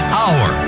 hour